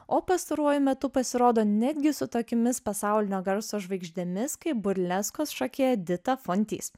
o pastaruoju metu pasirodo netgi su tokiomis pasaulinio garso žvaigždėmis kaip burleskos šokėja dita fontys